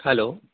hello